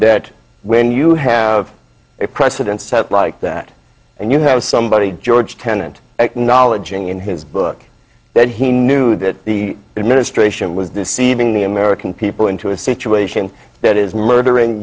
that when you have a precedent set like that and you have somebody george tenent acknowledging in his book that he knew that the administration was deceiving the american people into a situation that is murder